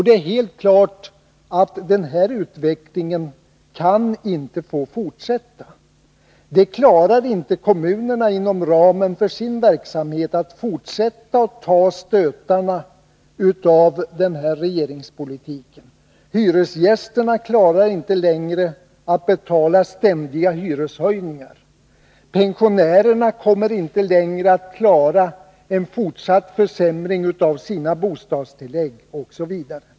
Det är helt klart att denna utveckling inte kan få fortsätta. Kommunerna klarar inte, inom ramen för sin verksamhet, att fortsätta att ta stötarna av den här regeringens politik, hyresgästerna klarar inte längre att betala ständiga hyreshöjningar, pensionärerna kommer inte längre att klara en fortsatt försämring av sina bostadstillägg, osv.